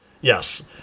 Yes